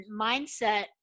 mindset